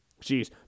Jeez